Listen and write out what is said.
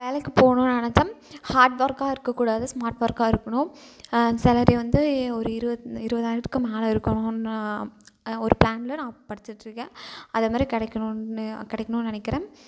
வேலைக்கு போகணும் நினைச்சன் ஹார்ட் ஒர்க்காக இருக்கக்கூடாது ஸ்மார்ட் ஒர்க்காக இருக்கணும் சேலரி வந்து ஒரு இருபது இருபதாயிரத்துக்கு மேலே இருக்கணுன்னா ஒரு பிளானில் நான் படிச்சிட்டுருக்கேன் அதை மாதிரி கிடைக்கணுன்னு கிடைக்கணுன்னு நினைக்கிறன்